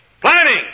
planning